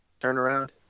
turnaround